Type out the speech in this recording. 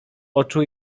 oczu